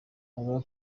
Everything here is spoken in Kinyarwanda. avuga